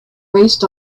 raced